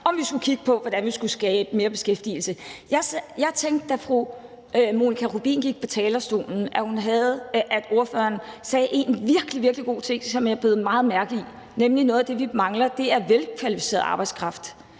om vi skulle kigge på, hvordan vi kunne skabe mere beskæftigelse. Jeg tænkte, da fru Monika Rubin gik på talerstolen, at hun sagde en virkelig god ting, som jeg bed meget mærke i, nemlig at noget af det, vi mangler, er velkvalificeret arbejdskraft